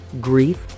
grief